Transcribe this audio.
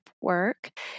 work